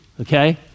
okay